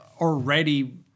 already